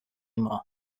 more